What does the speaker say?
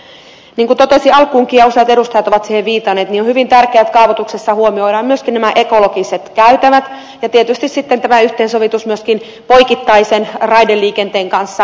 niin kuin totesin alkuunkin ja useat edustajat ovat siihen viitanneet on hyvin tärkeää että kaavoituksessa huomioidaan myöskin ekologiset käytävät ja tietysti sitten yhteensovitus myöskin poikittaisen raideliikenteen kanssa